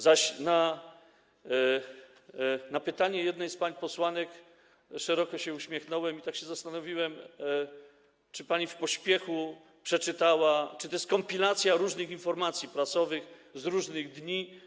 Zaś słuchając pytania jednej z pań posłanek, szeroko się uśmiechnąłem i tak się zastanowiłem, czy pani w pośpiechu przeczytała, czy to jest kompilacja różnych informacji prasowych, z różnych dni.